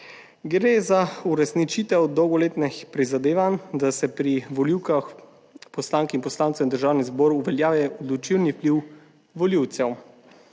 Gre za uresničitev dolgoletnih prizadevanj, da se pri volivkah poslank in poslancev v državnem zboru uveljavi odločilni vpliv volivcev